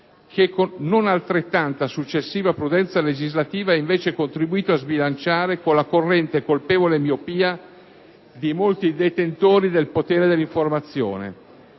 che non altrettanta successiva prudenza legislativa ha invece contribuito a sbilanciare, con la concorrente colpevole miopia di molti detentori del potere dell'informazione...